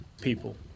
people